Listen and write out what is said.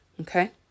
Okay